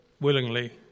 willingly